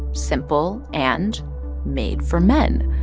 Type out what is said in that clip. simple and made for men.